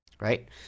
Right